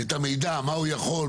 את המידע מה הוא יכול,